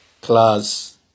class